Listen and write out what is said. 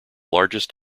largest